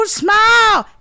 smile